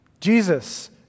Jesus